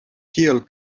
kiel